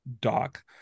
doc